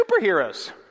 superheroes